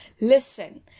listen